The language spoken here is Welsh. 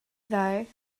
ddau